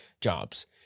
jobs